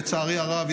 לצערי הרב,